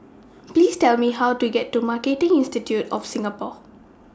Please Tell Me How to get to Marketing Institute of Singapore